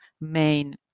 main